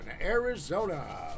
Arizona